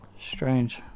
Strange